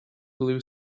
blue